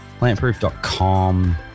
Plantproof.com